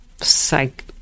psych